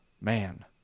man